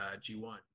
g1